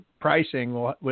pricing